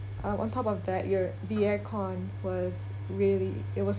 uh on top of that your the air con was really it was